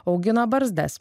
augina barzdas